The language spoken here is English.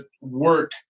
work